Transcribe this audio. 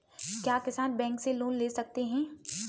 क्या किसान बैंक से लोन ले सकते हैं?